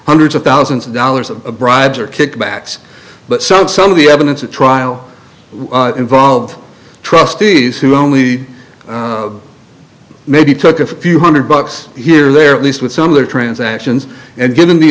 hundreds of thousands of dollars of bribes or kickbacks but some some of the evidence at trial involved trustees who only maybe took a few hundred bucks here or there at least with some of their transactions and given the